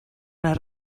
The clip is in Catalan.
les